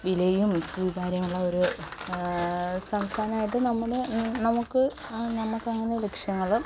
വിലയും സ്വീകാര്യമുള്ള ഒരു സംസ്ഥാനമായിട്ട് നമ്മൾ നമുക്ക് നമുക്കങ്ങനെ ലക്ഷ്യങ്ങൾ